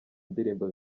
indirimbo